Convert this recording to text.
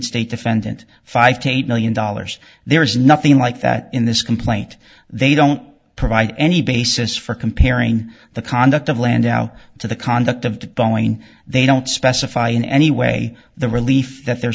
state defendant five to eight million dollars there is nothing like that in this complaint they don't provide any basis for comparing the conduct of landau to the conduct of the following they don't specify in any way the relief that they're